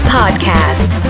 podcast